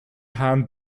hand